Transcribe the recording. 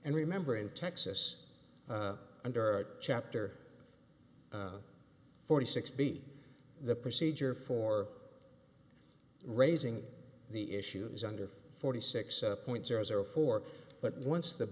and remember in texas under chapter forty six b the procedure for raising the issues under forty six point zero zero four but once the